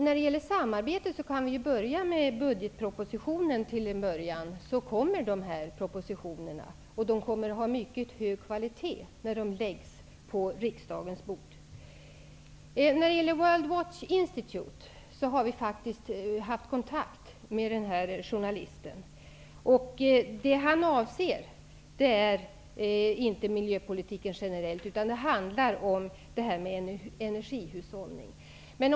När det gäller samarbete kan jag börja med att nämna budgetpropositionen. De övriga propositionerna skall komma, och de kommer att ha mycket hög kvalitet när de läggs på riksdagens bord. Regeringen har faktiskt haft kontakt med journalisten på World Watch Institute. Han avser inte miljöpolitiken generellt sett utan själva energihushållningen.